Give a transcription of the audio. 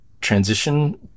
transition